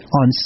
on